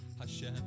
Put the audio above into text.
Hashem